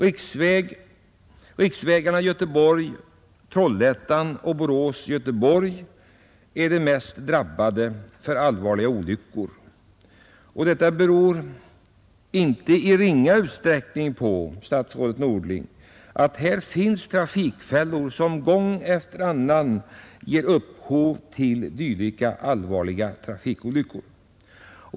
Riksvägarna Göteborg—-Trollhättan och Borås—Göteborg är de av allvarliga olyckor mest drabbade, och detta beror i inte ringa utsträckning, statsrådet Norling, på att här finns trafikfällor som gång efter annan ger upphov till dylika allvarliga trafikolyckor.